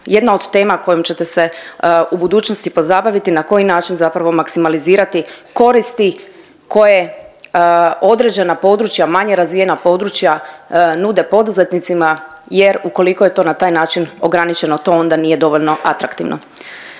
jedna od tema kojom ćete se u budućnosti pozabaviti na koji način zapravo maksimalizirati koristi koje određena područja, manje razvijena područja nude poduzetnicima jer, ukoliko je to na taj način ograničeno, to onda nije dovoljno atraktivno.